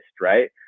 right